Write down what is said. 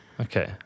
Okay